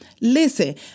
Listen